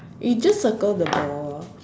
you just circle the ball